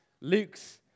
Luke's